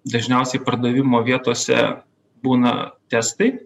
dažniausiai pardavimo vietose būna testai